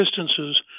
distances